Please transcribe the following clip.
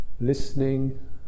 listening